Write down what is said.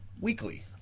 weekly